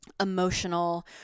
emotional